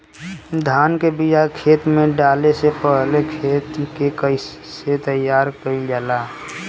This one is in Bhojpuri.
धान के बिया खेत में डाले से पहले खेत के कइसे तैयार कइल जाला?